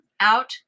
out